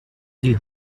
the